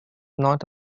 not